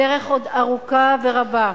הדרך עוד ארוכה ורבה.